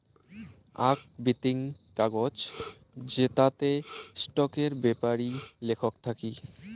আক বিতিং কাগজ জেতাতে স্টকের বেপারি লেখক থাকি